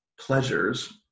pleasures